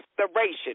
restoration